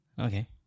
Okay